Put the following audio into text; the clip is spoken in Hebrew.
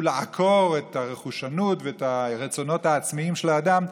לעקור את הרכושנות ואת הרצונות העצמאיים של האדם,